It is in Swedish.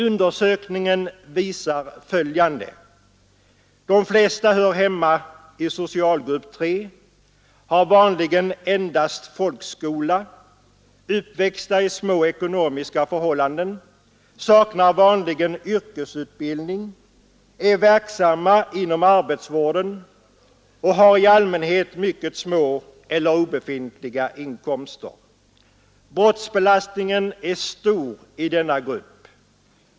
Undersökningen visar följande: de flesta hör hemma i socialgrupp 3, har vanligen endast folkskola, är uppvuxna i små ekonomiska förhållanden, saknar vanligen yrkesutbildning, är verksamma inom arbetsvården och har i allmänhet mycket små eller obefintliga inkomster. Brottsbelastningen är stor i denna grupp.